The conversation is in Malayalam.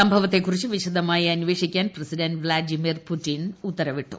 സംഭവത്തെക്കുറിച്ച് വിശദമായി അന്വേഷിക്കാൻ പ്രസിഡന്റ് വ്ളാഡിമർ പുടിൻ ഉത്തരവിട്ടു